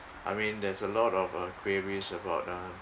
I mean there's a lot of uh queries about uh